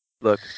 Look